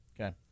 Okay